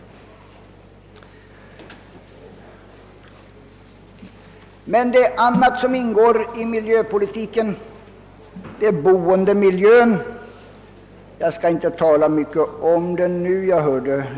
Även annat ingår i miljöpolitiken, bl.a. boendemiljön, men jag skall inte nu tala så mycket om den.